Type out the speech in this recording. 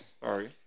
Sorry